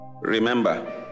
remember